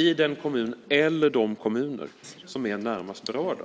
i den kommun eller de kommuner som är närmast berörda.